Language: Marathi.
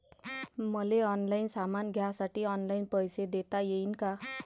मले ऑनलाईन सामान घ्यासाठी ऑनलाईन पैसे देता येईन का?